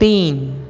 तीन